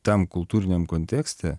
tam kultūriniam kontekste